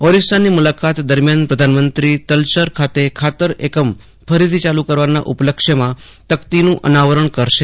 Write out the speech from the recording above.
ઓડિશાની મુલાકાત દરમ્યાન પ્રધાનમંત્રી તલચર ખાતે ખાતર એકમ ફરીથી ચાલુ કરવાના ઉપલક્ષ્યમાં તકતીનું અનાવરણ કરશે